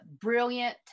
brilliant